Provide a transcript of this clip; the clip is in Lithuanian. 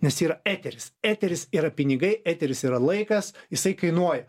nes yra eteris eteris yra pinigai eteris yra laikas jisai kainuoja